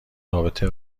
رابطه